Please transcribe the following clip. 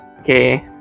okay